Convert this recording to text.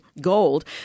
gold